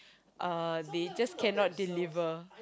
uh they just cannot deliver